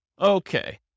Okay